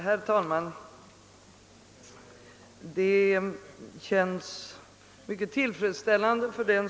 Herr talman!